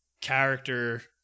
character